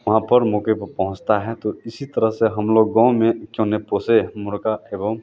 वहाँ पर मौक़े पर पहुँचता है तो इसी तरह से हम लोग गाँव में जो हमने पोसे मुर्ग़ा एवं